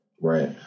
right